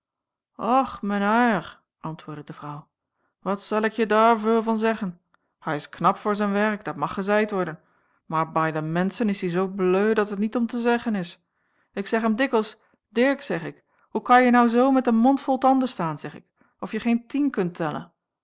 och men haier antwoordde de vrouw wat zel ik je dair veul van zeggen hai is knap voor zen werk dat mag gezeid worden mair bai de menschen is ie zoo bleu dat het niet om te zeggen is ik zeg hem dikkels dirk zeg ik hoe kanje nou zoo met een mond vol tanden staan zeg ik of je geen tien kunt tellen